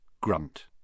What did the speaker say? Grunt